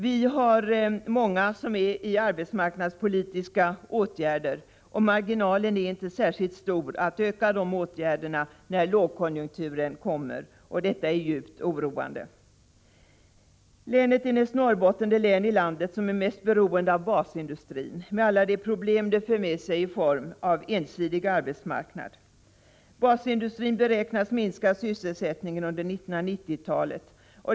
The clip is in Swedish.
Vi har många sysselsatta genom arbetsmarknadspolitiska åtgärder, och marginalen för att öka de åtgärderna är ej särskilt stor när lågkonjunkturen kommer. Detta är djupt oroande. Länet är näst Norrbotten det län i landet som är mest beroende av basindustrin — med alla de problem detta för med sig i form av ensidig arbetsmarknad. Basindustrin beräknas minska sysselsättningen under 1990 talet.